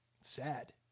sad